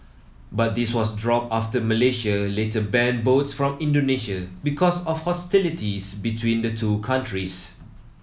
but this was dropped after Malaysia later banned boats from Indonesia because of hostilities between the two countries